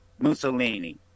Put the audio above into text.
Mussolini